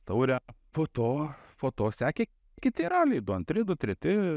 taurę po to po to sekė kiti raliai antri du treti